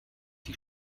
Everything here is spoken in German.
die